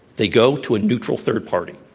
they go to a neutral third party.